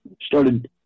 started